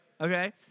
Okay